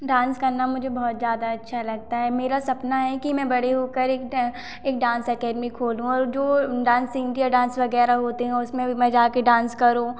dance करना मुझे बहुत ज्यादा अच्छा लगता है मेरा सपना है कि मैं बड़े होकर एक डा एक डांस एकेडमी खोलूँ और जो डांस इंडिया डांस वगैरह होते है उसमें भी मैं जाकर डांस करूँ